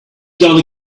gonna